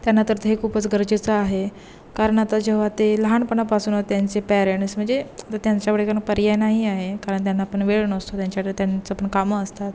त्यांना तर ते हे खूपच गरजेचं आहे कारण आता जेव्हा ते लहानपणापासूनच त्यांचे पॅरेंट्स म्हणजे तर त्यांच्याकडे कोण पर्याय नाही आहे कारण त्यांना आपण वेळ नसतो त्यांच्याकडे त्यांचं पण कामं असतात